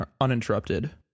uninterrupted